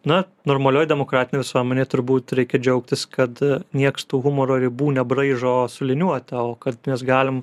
na normalioj demokratinėj visuomenėj turbūt reikia džiaugtis kad nieks tų humoro ribų nebraižo su liniuote o kad mes galim